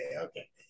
okay